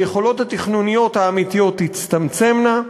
היכולות התכנוניות האמיתיות תצטמצמנה,